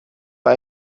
bei